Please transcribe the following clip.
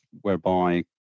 whereby